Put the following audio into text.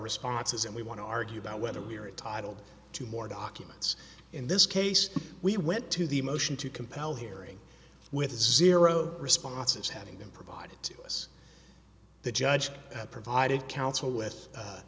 responses and we want to argue about whether we are entitled to more documents in this case we went to the motion to compel hearing with zero responses having been provided to us the judge provided counsel with a